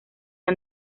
han